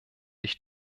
ich